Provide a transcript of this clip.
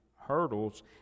hurdles